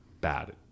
bad